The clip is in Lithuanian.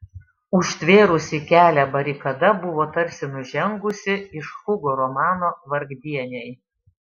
užtvėrusi kelią barikada buvo tarsi nužengusi iš hugo romano vargdieniai